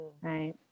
right